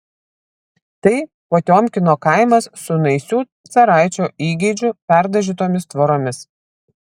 tai potiomkino kaimas su naisių caraičio įgeidžiu perdažytomis tvoromis